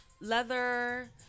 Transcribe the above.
leather